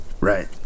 Right